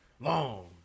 Long